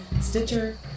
Stitcher